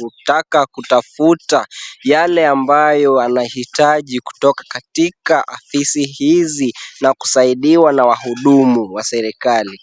kutaka kutafuta yale ambayo anahitaji kutoka katika afisi hizi na kusaidiwa na wahudumu wa serikali.